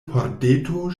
pordeto